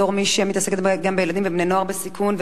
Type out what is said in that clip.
בתור מי שמתעסקת גם בילדים ובני-נוער בסיכון,